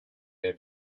their